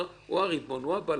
הוא בעל הבית.